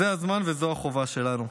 זה הזמן, וזו החובה שלנו.